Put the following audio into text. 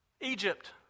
Egypt